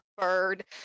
bird